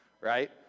right